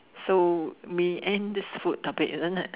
so we end this food topic isn't it